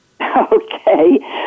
Okay